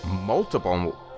multiple